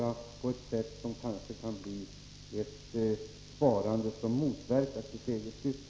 Jag vill varna för att det kanske kan bli ett sparande som motverkar sitt eget syfte.